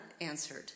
answered